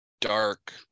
dark